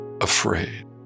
afraid